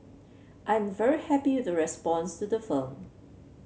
I am very happy with the response to the film